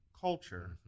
culture